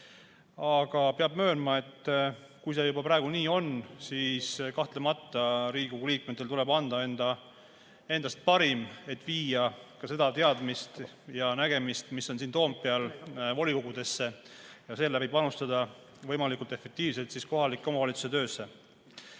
aga peab möönma, et kui see juba praegu nii on, siis kahtlemata Riigikogu liikmetel tuleb anda endast parim, et viia ka seda teadmist ja nägemist, mis on siin Toompeal, volikogudesse ja seeläbi panustada võimalikult efektiivselt kohaliku omavalitsuse töösse.